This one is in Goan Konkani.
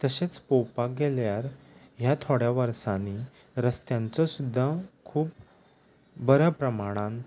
तशेंच पळोवपाक गेल्यार ह्या थोड्या वर्सांनी रस्त्यांचो सुद्दां खूब बऱ्या प्रमाणान